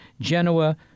Genoa